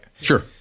Sure